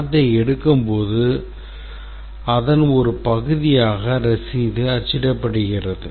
பணத்தை எடுக்கும்போது அதன் ஒரு பகுதியாக ரசீது அச்சிடப்பட்டது